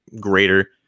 greater